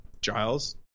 Giles